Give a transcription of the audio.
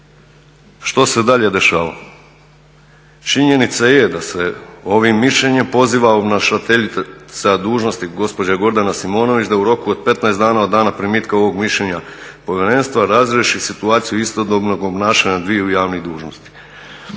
što se dalje dešavalo? Činjenica je da se ovim mišljenjem poziva obnašateljica dužnosti gospođa Gordana Simonović da u roku od 15 dana od dana primitka ovog mišljenja povjerenstva razriješi situaciju istodobnog obnašanja dviju javnih dužnosti.